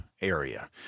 area